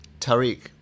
Tariq